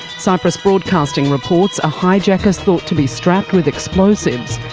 cyprus broadcasting reports a hijacker's thought to be strapped with explosives,